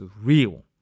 real